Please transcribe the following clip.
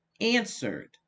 answered